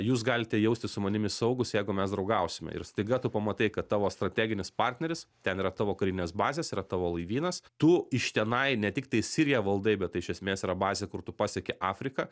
jūs galite jaustis su manimi saugūs jeigu mes draugausime ir staiga tu pamatai kad tavo strateginis partneris ten yra tavo karinės bazės yra tavo laivynas tu iš tenai ne tiktai siriją valdai bet tai iš esmės yra bazė kur tu pasieki afriką